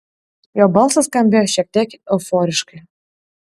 jo balsas skambėjo šiek tiek euforiškai